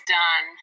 done